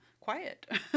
quiet